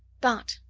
bart,